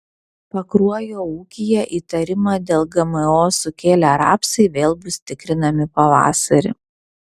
pakruojo ūkyje įtarimą dėl gmo sukėlę rapsai vėl bus tikrinami pavasarį